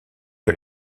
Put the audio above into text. que